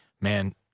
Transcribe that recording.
Man